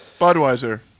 Budweiser